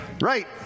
right